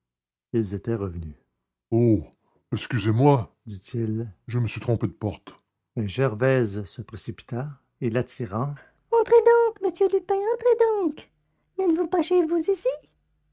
ils étaient revenus oh excusez-moi dit-il je me suis trompé de porte mais gervaise se précipita et l'attirant entrez donc monsieur lupin entrez donc n'êtes-vous pas chez vous ici